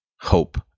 hope